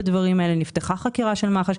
נפתחה חקירה של מח"ש.